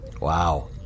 Wow